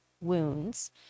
wounds